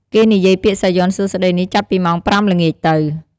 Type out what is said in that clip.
គេនិយាយពាក្យសាយ័ន្តសួស្តីនេះ ចាប់ពីម៉ោង៥ល្ងាចទៅ។